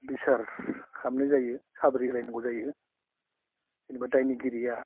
बिसार खालामनाय जायो साब्रि होलाय नांगौ जायो जेनेबा दायनिगिरिया